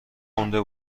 گنده